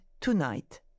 tonight